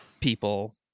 people